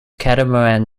catamaran